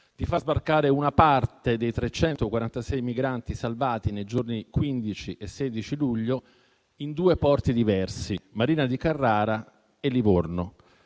di far sbarcare una parte dei 346 migranti salvati nei giorni 15 e 16 luglio in due porti diversi: Marina di Carrara e Livorno.